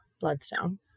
bloodstone